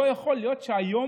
לא יכול להיות שהיום,